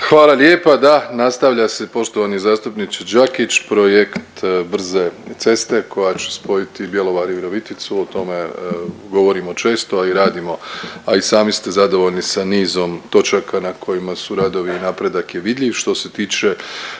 Hvala lijepa, da nastavlja se poštovani zastupniče Đakić projekt brze ceste koja će spojiti Bjelovar i Viroviticu. O tome govorimo često, a i radimo, a i sami ste zadovoljni sa nizom točaka na kojima su radovi i napredak je vidljiv. Što se tiče